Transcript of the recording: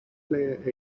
player